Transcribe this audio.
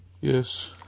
Yes